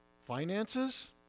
Finances